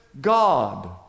God